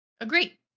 Agree